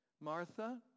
Martha